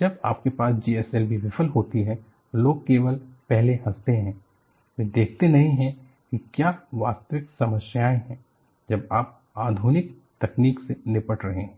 जब आपके पास GSLV विफल होती है तो लोग केवल पहले हंसते हैं वे देखते नहीं हैंकि क्या वास्तविक समस्याएं हैं जब आप आधुनिक तकनीक से निपट रहे हैं